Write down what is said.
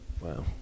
Wow